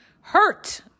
hurt